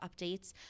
updates